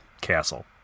castle